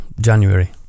January